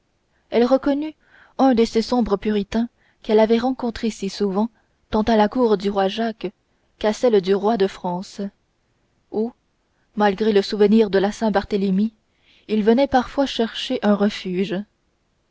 elle reconnut un de ces sombres puritains qu'elle avait rencontrés si souvent tant à la cour du roi jacques qu'à celle du roi de france où malgré le souvenir de la saintbarthélémy ils venaient parfois chercher un refuge